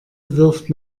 wirft